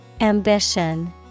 Ambition